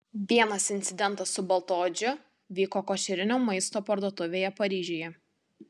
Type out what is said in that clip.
vienas incidentas su baltaodžiu vyko košerinio maisto parduotuvėje paryžiuje